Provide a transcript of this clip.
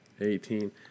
Eighteen